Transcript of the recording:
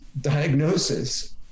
diagnosis